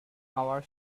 our